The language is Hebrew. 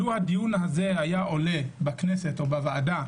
לו הדיון הזה היה עולה בכנסת או בוועדה,